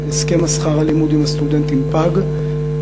הסכם שכר הלימוד עם הסטודנטים פג,